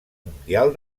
mundial